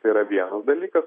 tai yra vienas dalykas